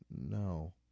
No